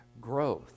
growth